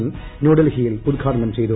സിംഗ് ന്യൂഡൽഹിയിൽ ഉദ്ഘാടനം ചെയ്തു